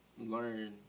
learn